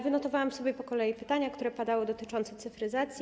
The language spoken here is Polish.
Wynotowałam sobie po kolei pytania, które padały, dotyczące cyfryzacji.